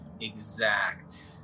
exact